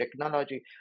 technology